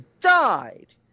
died